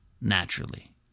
Naturally